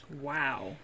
Wow